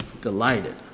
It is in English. delighted